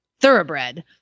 Thoroughbred